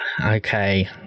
Okay